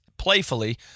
Playfully